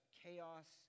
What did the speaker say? chaos